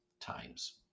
times